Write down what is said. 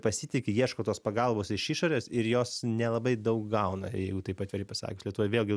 pasitiki ieško tos pagalbos iš išorės ir jos nelabai daug gauna jeigu taip atvirai pasakius lietuva vėlgi